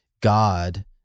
God